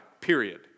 period